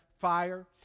fire